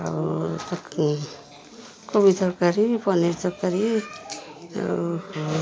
ଆଉ କୋବି ତରକାରୀ ପନିର୍ ତର୍କାରୀ ଆଉ